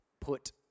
put